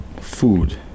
food